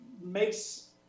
makes